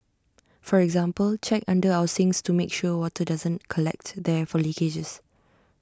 for example check under our sinks to make sure water doesn't collect there from leakages